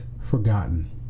forgotten